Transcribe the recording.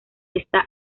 está